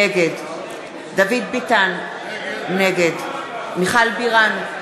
נגד דוד ביטן, נגד מיכל בירן,